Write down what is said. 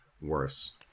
worse